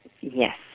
Yes